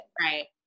right